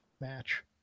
match